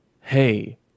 hey